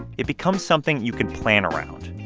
it becomes something you can plan around.